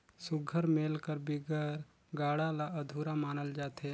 सुग्घर मेल कर बिगर गाड़ा ल अधुरा मानल जाथे